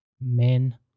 men